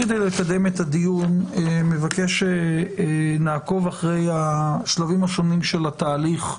כדי לקדם את הדיון אני מבקש שנעקוב אחרי השלבים השונים של התהליך,